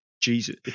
jesus